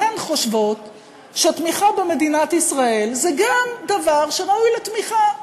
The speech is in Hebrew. כי הן חושבות שתמיכה במדינת ישראל זה גם דבר שראוי לתמיכה.